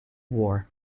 war